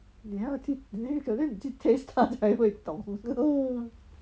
你还要去你可能 taste 它才会懂 lor